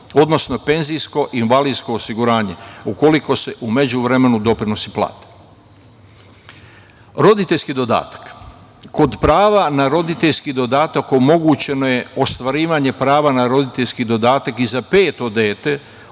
odnosno penzijsko i invalidsko osiguranje, ukoliko su u međuvremenu doprinosi plate. Roditeljski dodatak. Kod prava na roditeljski dodatak omogućeno je ostvarivanje prava na roditeljski dodatak i za peto dete